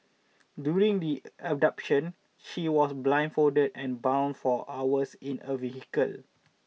during the abduction he was blindfolded and bound for hours in a vehicle